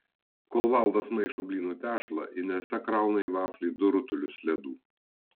kol valdas maišo blynų tešlą inesa krauna į vaflį du rutulius ledų